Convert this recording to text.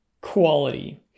quality